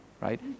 Right